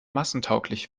massentauglich